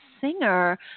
singer